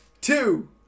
two